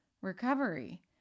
recovery